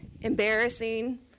embarrassing